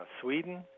Sweden